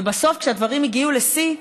ובסוף, כשהדברים הגיעו לשיא,